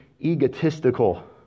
egotistical